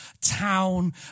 town